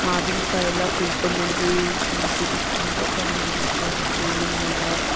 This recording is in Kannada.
ಮಾವಿನ್ಕಾಯಿ ಎಲ್ಲ ಕುಯ್ಕೊಂಡ್ಬಂದು ತಿಂತೀವಿ ತುಂಬ ಚೆನ್ನಾಗಿರುತ್ತೆ ಆ ಫೀಲಿಂಗೆಲ್ಲ